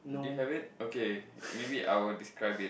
do you have it okay maybe I will describe it